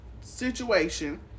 situation